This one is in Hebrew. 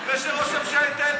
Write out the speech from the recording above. זה שראש הממשלה,